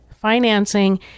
financing